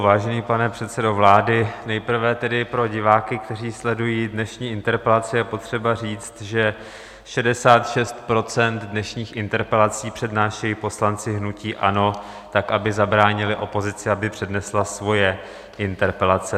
Vážený pane předsedo vlády, nejprve tedy pro diváky, kteří sledují dnešní interpelace, je potřeba říct, že 66 % dnešních interpelací přednášejí poslanci hnutí ANO, aby zabránili opozici, aby přednesla svoje interpelace.